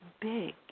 big